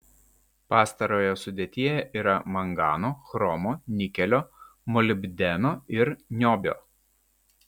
pastarojo sudėtyje yra mangano chromo nikelio molibdeno ir niobio